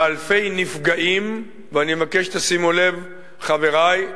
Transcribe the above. לאלפי נפגעים, ואני מבקש שתשימו לב, חברי: